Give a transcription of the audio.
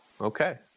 Okay